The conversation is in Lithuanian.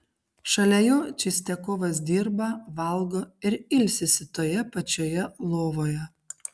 šalia jo čistiakovas dirba valgo ir ilsisi toje pačioje lovoje